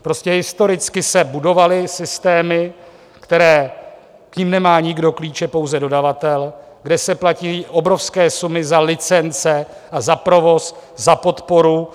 Prostě historicky se budovaly systémy, ke kterým nemá nikdo klíče, pouze dodavatel, kde se platí obrovské sumy za licence a za provoz, za podporu.